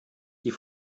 die